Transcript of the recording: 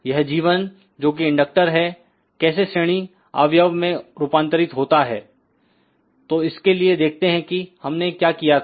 यह g1जोकि इंडक्टर है कैसेश्रेणीअवयव में रूपांतरित होता है तो इसके लिए देखते हैं कि हमने क्या किया था